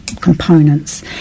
components